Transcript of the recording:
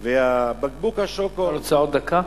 ובקבוק השוקו, אתה רוצה עוד דקה?